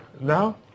now